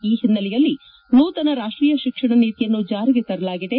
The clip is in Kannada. ಈ ಹಿನ್ನೆಲೆಯಲ್ಲಿ ನೂತನ ರಾಷ್ಷೀಯ ಶಿಕ್ಷಣ ನೀತಿಯನ್ನು ಜಾರಿಗೆ ತರಲಾಗಿದೆ